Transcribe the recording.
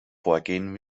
vorgehen